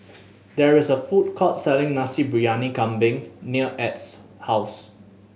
there is a food court selling Nasi Briyani Kambing near Edd's house